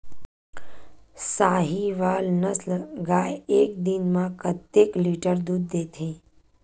साहीवल नस्ल गाय एक दिन म कतेक लीटर दूध देथे?